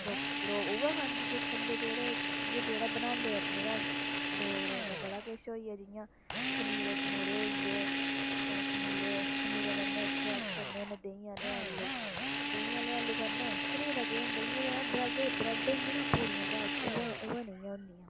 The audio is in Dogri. लोक लोक उ'यै खंदे जेह्ड़े मतलब जेह्ड़ा बनांदे अपने घर डोगरें दा बडा किश होई गेआ जियां खमीरे खमूरे होई गे खमीरे खमीरें कन्नै इत्थे अस खन्ने होन्नें देहीं आह्ले आलू देहीं आह्ले आलू खन्ने खमीरा केह् होंंदा इ'यै जेह्ड़ा ब्रैड ब्रैड होंदी ना पूड़ियें स्हाब उ'यै उ'यै नेहियां होंदियां